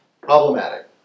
Problematic